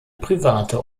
private